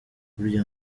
burya